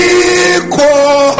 equal